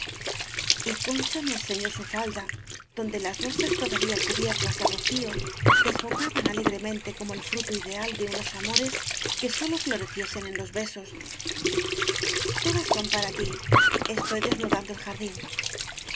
concha me enseñó su falda donde las rosas todavía cubiertas de rocío desborda ban alegremente como el fruto ideal de unos amores que sólo floreciesen en los besos todas son para tí estoy desnudando el jardín yo